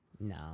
No